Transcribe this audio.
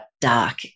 dark